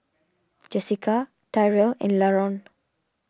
Jessika Tyrell and Laron